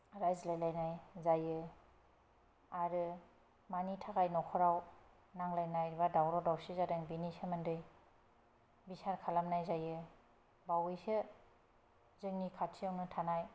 रायज्लायलायनाय जायो आरो मानि थाखाय न'खराव नांलाय एबा दावराव दावसि जादों बेनि सोमोन्दै बिसार खालामनाय जायो बावैसो जोंनि खाथियावनो थानाय